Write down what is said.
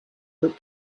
that